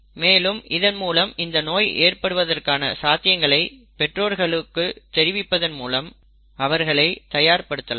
மேலும் இதன் மூலம் இந்த நோய் ஏற்படுவதற்கான சாத்தியங்களை பெற்றோர்களுக்கு தெரிவிப்பதன் மூலம் அவர்களை தயார் படுத்தலாம்